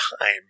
time